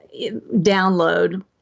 download